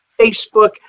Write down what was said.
Facebook